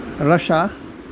Russia